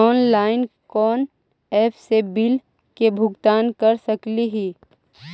Online कोन app से bill के भुगतान कर सकली ही?